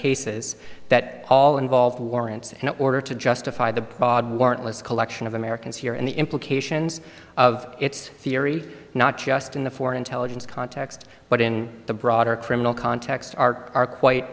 cases that all involved warrants in order to justify the warrantless collection of americans here and the implications of its theory not just in the foreign intelligence context but in the broader criminal context are are quite